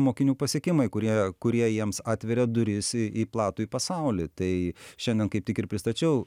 mokinių pasiekimai kurie kurie jiems atveria duris į į platųjį pasaulį tai šiandien kaip tik ir pristačiau